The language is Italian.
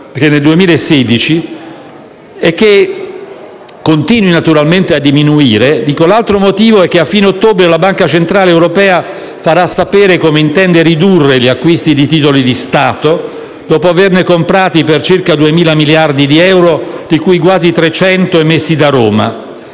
che nel 2016 e continui a diminuire è che a fine ottobre la Banca centrale europea farà sapere come intende ridurre gli acquisti di titoli di Stato, dopo averne comprati per circa 2.000 miliardi di euro, di cui quasi 300 miliardi emessi da Roma.